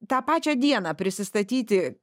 tą pačią dieną prisistatyti